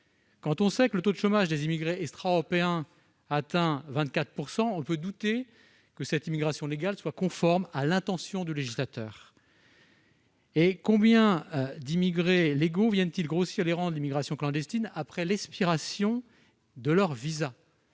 Quand on sait que le taux de chômage des immigrés extra-européens atteint 24 %, on peut douter que cette immigration légale soit conforme à l'intention du législateur ! De plus, combien d'immigrés légaux viennent grossir les rangs de l'immigration clandestine après l'expiration de leur visa ?